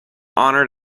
honored